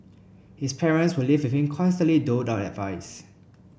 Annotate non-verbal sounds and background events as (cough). his parents who live (unintelligible) constantly doled out advice